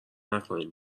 نکنین